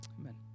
Amen